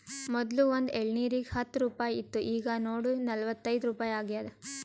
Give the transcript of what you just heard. ಮೊದ್ಲು ಒಂದ್ ಎಳ್ನೀರಿಗ ಹತ್ತ ರುಪಾಯಿ ಇತ್ತು ಈಗ್ ನೋಡು ನಲ್ವತೈದು ರುಪಾಯಿ ಆಗ್ಯಾದ್